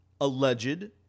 alleged